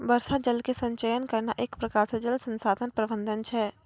वर्षा जल के संचयन करना एक प्रकार से जल संसाधन प्रबंधन छै